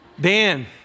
Dan